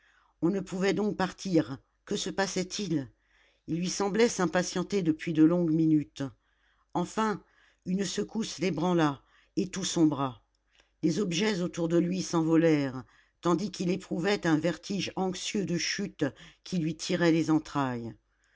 on ne pouvait donc partir que se passait-il il lui semblait s'impatienter depuis de longues minutes enfin une secousse l'ébranla et tout sombra les objets autour de lui s'envolèrent tandis qu'il éprouvait un vertige anxieux de chute qui lui tirait les entrailles